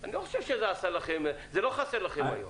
אני לא חושב שזה עשה לכם, זה לא חסר לכם היום.